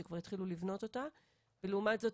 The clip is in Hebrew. שכבר התחילו לבנות אותה ולעומת זאת,